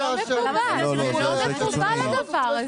אבל זה לא מקובל, זה לא מקובל הדבר הזה.